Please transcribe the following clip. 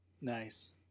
Nice